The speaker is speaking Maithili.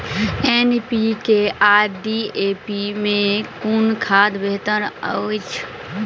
एन.पी.के आ डी.ए.पी मे कुन खाद बेहतर अछि?